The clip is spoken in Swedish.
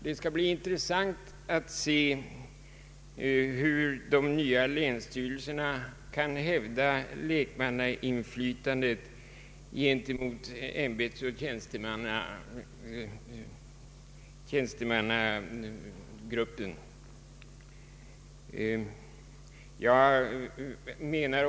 Det skall bli intressant att se hur de nya länsstyrelserna kan hävda lekmannainflytandet gentemot ämbetsmannaoch tjänstemannagruppen.